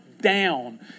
down